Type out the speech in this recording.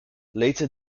later